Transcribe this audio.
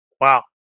wow